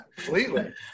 completely